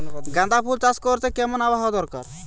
গাঁদাফুল চাষ করতে কেমন আবহাওয়া দরকার?